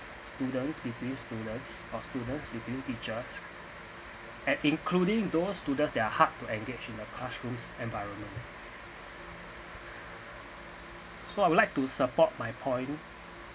students be preschoolers or students with new teachers and including those students that are hard to engage in the classrooms environment so I would like to support my point